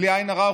בלי עין הרע,